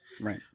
Right